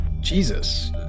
Jesus